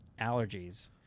allergies